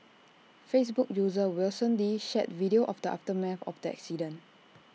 Facebook user Wilson lee shared video of the aftermath of the accident